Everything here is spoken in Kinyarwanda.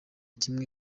kimwe